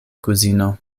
kuzino